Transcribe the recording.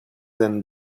and